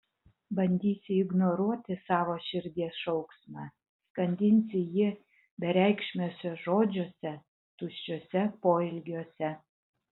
bandysi ignoruoti savo širdies šauksmą skandinsi jį bereikšmiuose žodžiuose tuščiuose poelgiuose